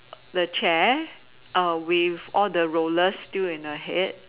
the chair with all the rollers still in her head